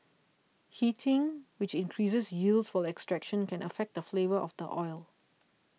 heating which increases yields while extraction can affect the flavour of the oil